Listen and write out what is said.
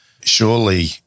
Surely